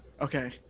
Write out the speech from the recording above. Okay